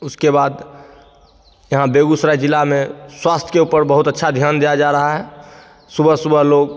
उसके बाद यहाँ बेगुसराय ज़िला में स्वास्थय के ऊपर बहुत अच्छा ध्यान दिया जा रहा है सुबह सुबह लोग